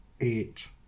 eight